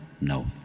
no